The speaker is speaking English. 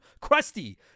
Crusty